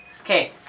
Okay